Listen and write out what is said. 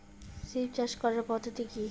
সিম চাষ করার পদ্ধতি কী?